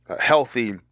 healthy